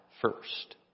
first